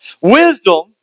Wisdom